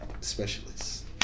specialists